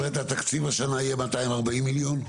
זאת אומרת שהתקציב השנה יהיה 240 מיליון?